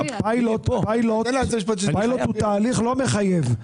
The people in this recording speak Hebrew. הפיילוט הוא תהליך לא מחייב.